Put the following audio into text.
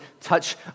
touch